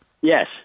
Yes